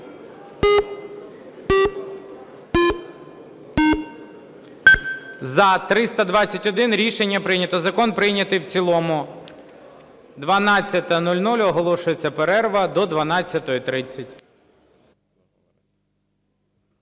За-321 Рішення прийнято. Закон прийнятий в цілому. 12:00, оголошується перерва до 12:30.